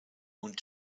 und